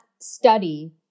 study